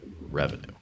revenue